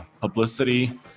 publicity